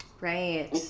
Right